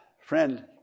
friend